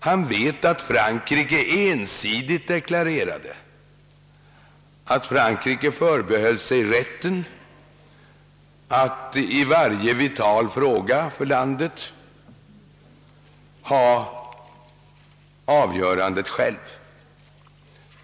Han vet att Frankrike ensidigt deklarerade att Frankrike förbehöll sig rätten att i varje för landet vital fråga träffa avgörandet självt.